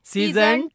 Season